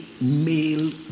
male